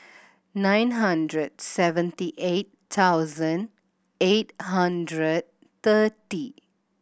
nine hundred seventy eight thousand eight hundred thirty